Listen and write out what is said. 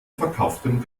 verkauftem